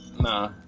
Nah